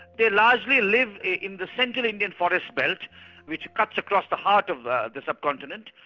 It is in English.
they largely live in the central indian forest belt which cuts across the heart of the the subcontinent.